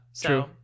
True